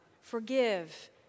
forgive